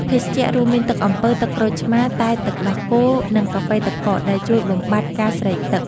ភេសជ្ជៈ រួមមាន ទឹកអំពៅ ទឹកក្រូចឆ្មារ តែទឹកដោះគោ និងកាហ្វេទឹកកក ដែលជួយបំបាត់ការស្រេកឃ្លាន។